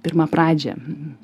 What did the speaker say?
pirmą pradžią